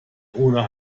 ohne